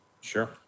Sure